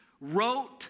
wrote